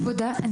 אני